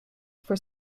for